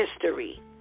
history